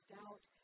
doubt